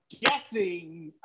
guessing